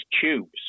tubes